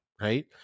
right